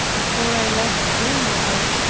before i left grenoble,